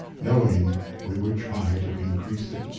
knowing we would try to increase it,